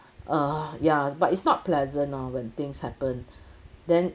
uh ya but it's not pleasant lor when things happen then